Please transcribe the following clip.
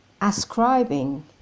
ascribing